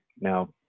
now